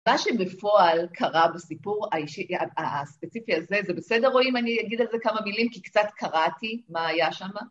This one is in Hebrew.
מה שבפועל קרה בסיפור, הספציפי הזה, זה בסדר או אם אני אגיד על זה כמה מילים כי קצת קראתי מה היה שם?